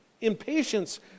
impatience